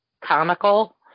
comical